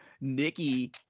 Nikki